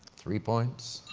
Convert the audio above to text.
three points.